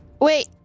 Wait